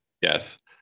Yes